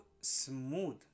smooth